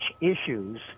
issues